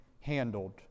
handled